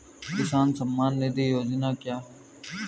किसान सम्मान निधि योजना क्या है?